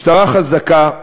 משטרה חזקה,